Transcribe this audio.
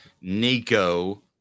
Nico